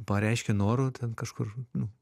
pareiškia norų ten kažkur nu